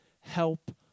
help